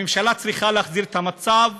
הממשלה צריכה להחזיר את הסטטוס